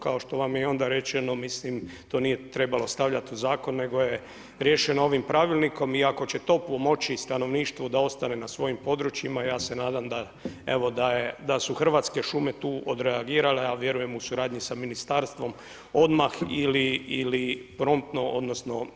Kao što vam je i onda rečeno, to nije trebalo stavljati u zakon, nego je riješeno ovim pravilnikom i ako će to pomoći stanovništvu da ostane na svojim područjima, ja se nadam da su Hrvatske šume tu odreagirale a vjerujem i u suradnji sa ministarstvom odmah ili promptno odnosno, na vrijeme.